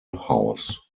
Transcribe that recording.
house